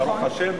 נכון.